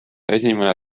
esimene